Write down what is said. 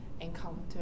encounter